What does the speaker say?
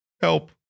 Help